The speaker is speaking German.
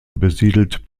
besiedelt